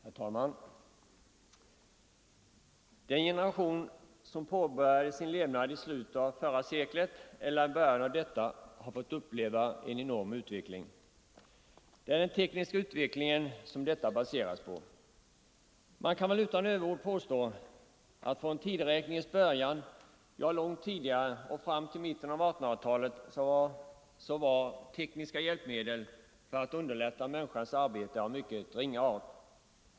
Herr talman! Den generation som påbörjade sin levnad i slutet av förra seklet eller i början av detta århundrade har fått uppleva en enorm utveckling. Det är den tekniska utvecklingen som detta baseras på. Det är väl inga överord att påstå, att från vår tideräknings början — ja, långt tidigare — fram till mitten av 1800-talet var de tekniska hjälpmedlen för att underlätta människans arbete av mycket ringa betydelse.